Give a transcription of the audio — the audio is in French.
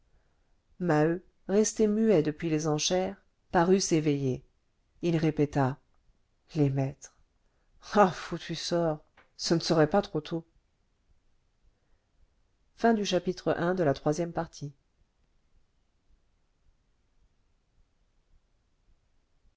maheu resté muet depuis les enchères parut s'éveiller il répéta les maîtres ah foutu sort ce ne serait pas trop tôt